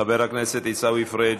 חבר הכנסת עיסאווי פריג'.